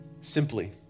simply